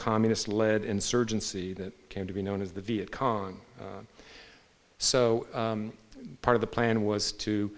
communist led insurgency that came to be known as the viet cong so part of the plan was to